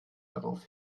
darauf